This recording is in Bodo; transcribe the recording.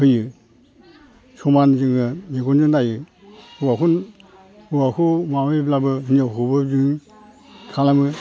होयो समान जोङो मेगनजों नायो हौवाखौ हौवाखौ माबायोब्लाबो हिनजावखौबो बिदिनो खालामो